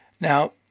Now